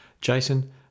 Jason